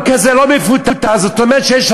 לא, לא.